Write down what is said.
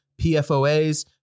PFOAs